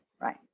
right